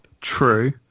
True